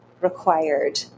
required